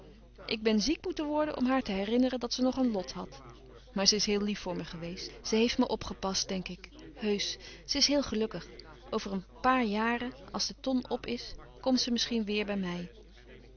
ik ben ziek moeten worden om haar te herinneren dat ze nog een lot had maar ze is heel lief voor me geweest ze heeft me opgepast denk ik heusch ze is héél gelukkig over een paar jaren als de ton op is komt ze misschien weêr bij mij